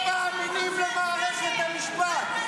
אני מבקש לקיים הצבעה במליאה על ההצעה.